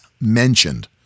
mentioned